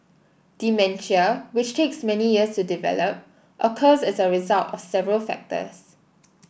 dementia which takes many years to develop occurs as a result of several factors